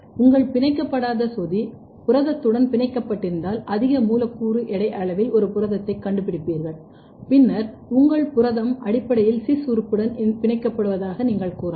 உங்கள் பிணைக்கப்படாத சோதி புரதத்துடன் பிணைக்கப்பட்டிருந்தால் அதிக மூலக்கூறு எடை அளவில் ஒரு புரதத்தைக் கண்டுபிடிப்பீர்கள் பின்னர் உங்கள் புரதம் அடிப்படையில் சிஸ் உறுப்புடன் பிணைக்கப்படுவதாக நீங்கள் கூறலாம்